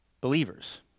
believers